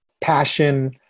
passion